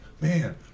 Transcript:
man